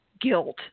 guilt